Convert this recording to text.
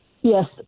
yes